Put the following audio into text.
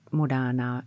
moderna